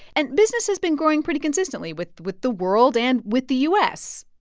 and business has been growing pretty consistently with with the world and with the u s.